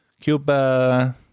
Cuba